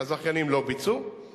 היות שאין לי הרבה זמן אני רוצה לגעת